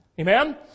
Amen